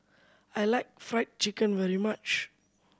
I like Fried Chicken very much